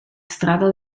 strada